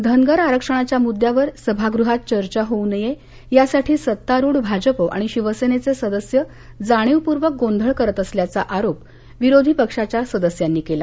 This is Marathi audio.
धनगर आरक्षणाच्या मुद्द्यावर सभागृहात चर्चा होऊ नये यासाठी सत्तारुढ भाजप आणि शिवसेनेचे सदस्य जाणीवपूर्वक गोंधळ करत असल्याचा आरोप विरोधी पक्षाच्या सदस्यांनी केला